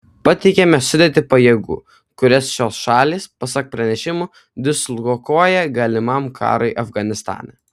pateikiame sudėtį pajėgų kurias šios šalys pasak pranešimų dislokuoja galimam karui afganistane